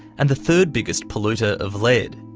and the third biggest polluter of lead,